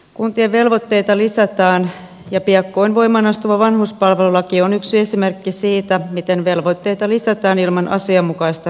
kuntien velvoitteita lisätään ja piakkoin voimaan astuva vanhuspalvelulaki on yksi esimerkki siitä miten velvoitteita lisätään ilman asianmukaista rahoitusta